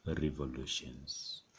revolutions